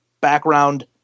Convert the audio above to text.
background